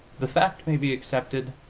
the fact may be accepted,